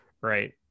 right